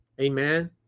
Amen